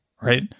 right